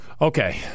Okay